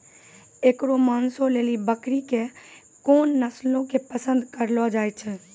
एकरो मांसो लेली बकरी के कोन नस्लो के पसंद करलो जाय छै?